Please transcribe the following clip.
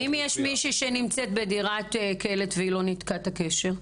אם יש מישהו שנמצאת בדירת קלט והיא לא ניתקה את הקשר?